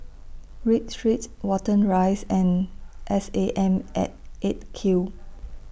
Read Street Watten Rise and S A M At eight Q